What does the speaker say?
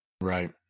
right